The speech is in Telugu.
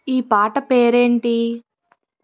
ఈ పాట పేరేంటి